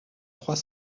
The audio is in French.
trois